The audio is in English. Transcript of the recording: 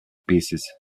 pieces